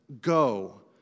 go